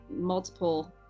multiple